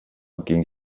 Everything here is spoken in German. ging